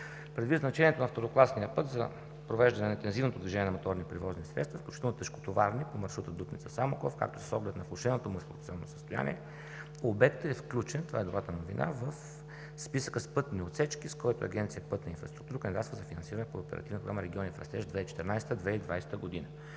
Предвид значението на второкласния път за провеждане интензивното движение на моторни превозни средства, включително тежкотоварни по маршрута Дупница – Самоков, с оглед на влошеното му състояние, обектът е включен – това е добрата новина, в списъка с пътни отсечки, с който Агенция „Пътна инфраструктура“ кандидатства за финансиране по Оперативна програма „Региони в растеж 2014 ¬– 2020 г.”